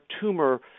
tumor